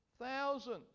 thousands